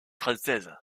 française